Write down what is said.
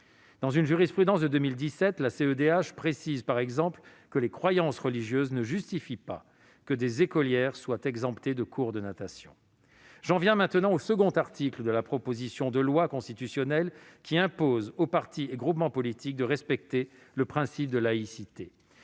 Dans une jurisprudence de 2017, la CEDH précise par exemple que les croyances religieuses ne justifient pas que des écolières soient exemptées de cours de natation. J'en viens maintenant au second article de cette proposition de loi constitutionnelle, qui impose aux partis et groupements politiques de respecter le principe de laïcité.